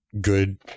good